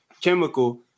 chemical